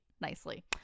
nicely